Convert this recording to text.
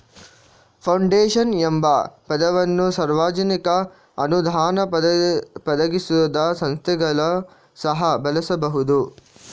foundation ಎಂಬ ಪದವನ್ನು ಸಾರ್ವಜನಿಕ ಅನುದಾನ ಒದಗಿಸದ ಸಂಸ್ಥೆಗಳು ಸಹ ಬಳಸಬಹುದು